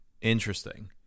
interesting